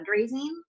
fundraising